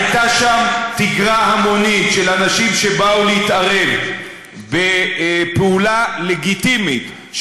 הייתה שם תגרה המונית של אנשים שבאו להתערב בפעולה לגיטימית,